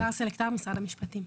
הגר סלקטר, משרד המשפטים.